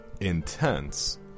intense